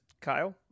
Kyle